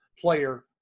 player